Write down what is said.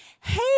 hey